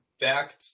back